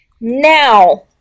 Now